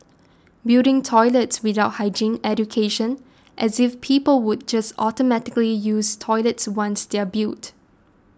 building toilets without hygiene education as if people would just automatically use toilets once they're built